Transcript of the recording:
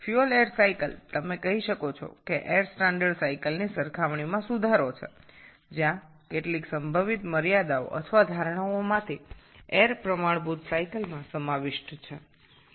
fuel air চক্রটি আপনি বলতে পারেন এয়ার স্ট্যান্ডার্ড চক্রের তুলনায় একটি উন্নত যেখানে এয়ার স্ট্যান্ডার্ড চক্রের সাথে যুক্ত থাকে কয়েকটি সম্ভাব্য সীমাবদ্ধতা বা অনুমান